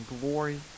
Glory